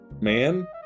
man